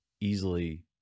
easily